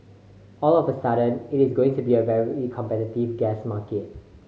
all of a sudden it is going to be a very competitive gas market